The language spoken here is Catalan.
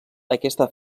aquesta